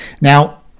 now